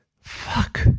fuck